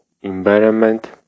environment